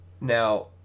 Now